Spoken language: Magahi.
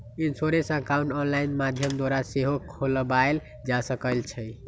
इंश्योरेंस अकाउंट ऑनलाइन माध्यम द्वारा सेहो खोलबायल जा सकइ छइ